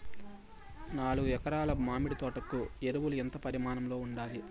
నాలుగు ఎకరా ల మామిడి తోట కు ఎరువులు ఎంత పరిమాణం లో ఉండాలి?